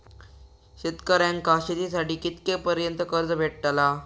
शेतकऱ्यांका शेतीसाठी कितक्या पर्यंत कर्ज भेटताला?